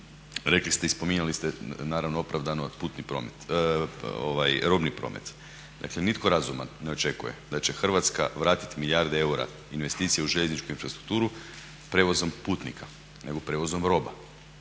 Rekli ste i spominjali ste naravno opravdano robni promet. Dakle nitko razuman ne očekuje da će Hrvatska vratit milijarde eura investicija u željezničku infrastrukturu prijevozom putnika nego prijevozom roba.